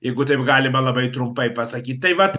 jeigu taip galima labai trumpai pasakyt tai vat